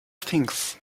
things